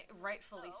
rightfully